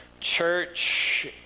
church